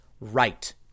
right